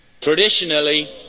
Traditionally